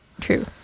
true